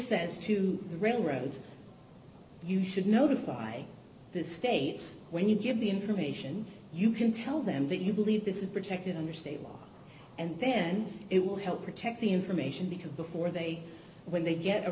says to the railroads you should notify the states when you give the information you can tell them that you believe this is protected under state law and then it will help protect the information because before they when they get a